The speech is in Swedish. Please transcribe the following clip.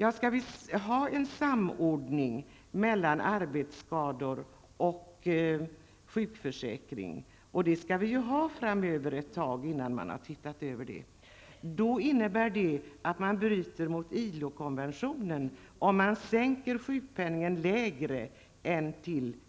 Men skall vi ha en samordning mellan arbetsskadeförsäkringen och sjukförsäkringen -- och det skall vi ju ha framöver, innan man har tittat över det -- då innebär det, om man sänker sjukpenningen till lägre än